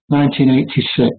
1986